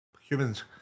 humans